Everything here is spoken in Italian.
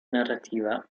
narrativa